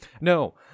No